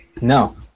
No